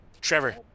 Trevor